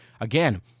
Again